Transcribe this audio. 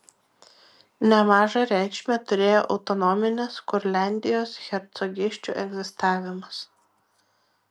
nemažą reikšmę turėjo autonominės kurliandijos hercogysčių egzistavimas